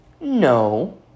No